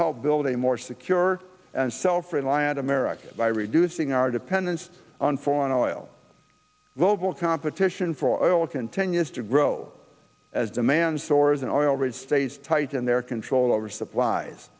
help build a more secure and self reliant america by reducing our dependence on foreign oil global competition for oil continues to grow as demand stores and oil rich states tighten their control over suppl